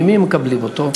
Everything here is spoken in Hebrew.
ממי הם מקבלים אותו?